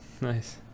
Nice